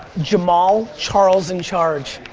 jamal charles in charge.